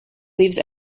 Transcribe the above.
leaves